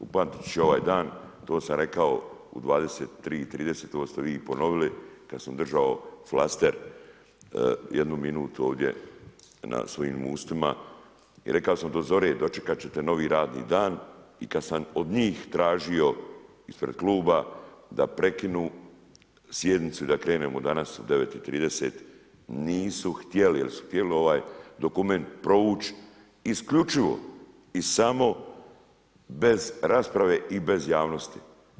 Upamtiti će ovaj dan, to sam rekao u 23,30, ovo ste vi i ponovili, kad sam držao flaster jednu minutu ovdje na svojim ustima i rekao do zore dočekat ćete novi radni dan i kad sam od njih tražio ispred Kluba da prekinu sjednicu i da krenemo danas u 9,30, nisu htjeli jer su htjeli ovaj dokument provući isključivo i samo bez rasprave i bez javnosti.